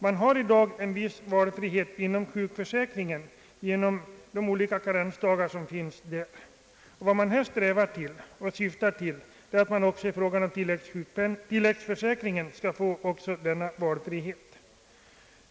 Man har i dag en viss valfrihet inom sjukförsäkringen i fråga om karensdagar. Vad man syftar till är att man också inom tilläggspensionsförsäkringen skall få denna valfrihet.